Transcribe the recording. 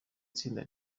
tsinda